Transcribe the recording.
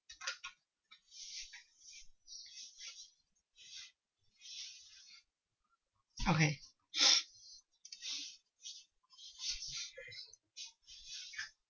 okay